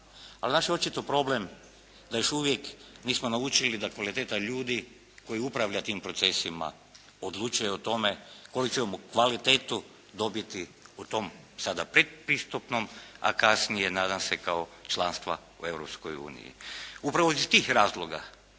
Ali naš je očito problem da još uvijek nismo naučili da kvaliteta ljudi koji upravlja tim procesima odlučuje o tome koju ćemo kvalitetu dobiti u tom sada pretpristupnom, a kasnije nadam se kao članstva u Europskoj uniji. Upravo iz tih razloga